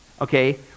okay